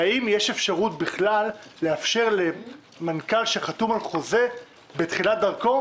והאם יש אפשרות לאפשר למנכ"ל שחתום על חוזה בתחילת דרכו,